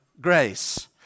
grace